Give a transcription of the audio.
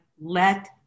let